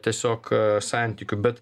tiesiog santykių bet